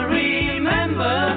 remember